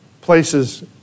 places